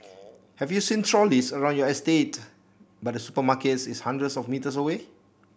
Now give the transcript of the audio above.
have you seen trolleys around your estate but the supermarket is hundreds of metres away